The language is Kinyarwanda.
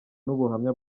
n’ubuhamya